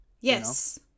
Yes